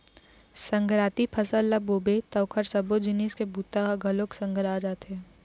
संघराती फसल ल बोबे त ओखर सबो जिनिस के बूता ह घलोक संघरा जाथे